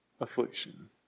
affliction